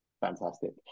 Fantastic